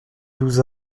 douze